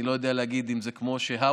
אני לא יודע להגיד אם זה כמו האוזר,